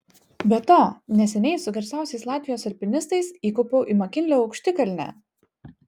be to neseniai su garsiausiais latvijos alpinistais įkopiau į makinlio aukštikalnę